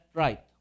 right